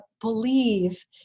believe